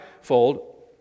fold